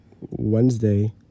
Wednesday